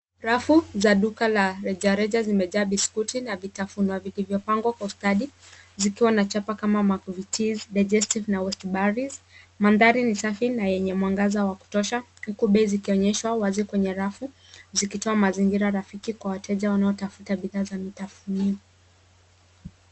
Rafu za duka la rejareja zimejaa biskuti na vitafunwa vilivyopangwa kwa ustadi zikiwa na chapa kama vile mccoories, digestive na west barries. Mandhari ni safi na yenye mwangaza wa kutosha huku bei zikionyeshwa wazi kwenye rafu zikitoa mazingira rafiki kwa wateja wanaotafuta bidhaa za vitafunio.